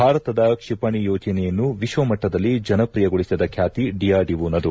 ಭಾರತದ ಕ್ಷಿಪಣಿ ಯೋಜನೆಯನ್ನು ವಿಶ್ವಮಟ್ಟದಲ್ಲಿ ಜನಪ್ರಿಯಗೊಳಿಸಿದ ಖ್ಯಾತಿ ಡಿಆರ್ಡಿಒನದು